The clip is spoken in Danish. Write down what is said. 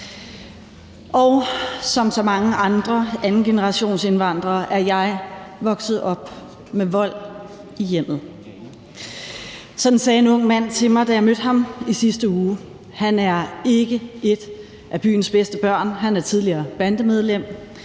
Som så mange andre andengenerationsindvandrere er jeg vokset op med vold i hjemmet. Sådan sagde en ung mand til mig, da jeg mødte ham i sidste uge. Han er ikke et af byens bedste børn; han er tidligere bandemedlem